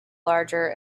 larger